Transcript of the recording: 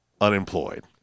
unemployed